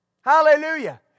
Hallelujah